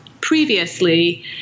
previously